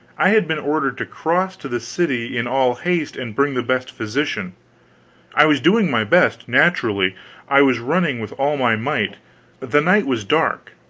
i had been ordered to cross to the city in all haste and bring the best physician i was doing my best naturally i was running with all my might the night was dark,